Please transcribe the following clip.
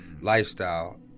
lifestyle